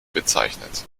bezeichnet